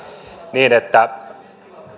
niin että